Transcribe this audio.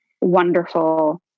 wonderful